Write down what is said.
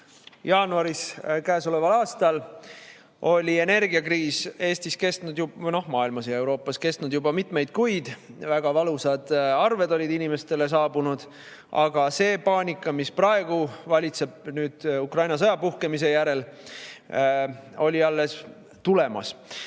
andsime käesoleva aasta jaanuaris, oli energiakriis Eestis, noh ka maailmas ja Euroopas, kestnud juba mitmeid kuid. Väga valusad arved olid inimestele saabunud, aga see paanika, mis praegu valitseb Ukraina sõja puhkemise järel, oli alles tulemas.